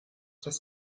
das